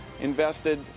invested